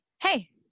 Hey